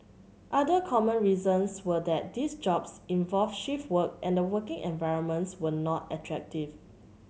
other common reasons were that these jobs involved shift work and the working environments were not attractive